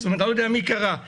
לא אמרת על זה כלום.